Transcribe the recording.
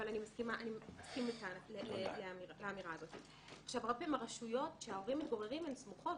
אבל אני אסכים לאמירה הזאת רק אם הרשויות שהורים מתגוררים הן סמוכות,